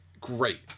Great